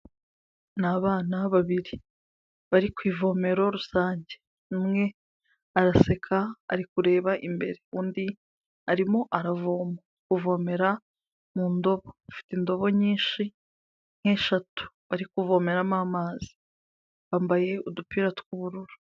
Ni abana babiri bari ku ivomero rusange, umwe araseka ari kureba imbere undi arimo aravoma, kuvomera mu ndobo afite indobo nyinshi nk'eshatu, bari kuvomeramo amazi, bambaye udupira tw'ubururu.